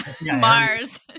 Mars